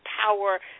power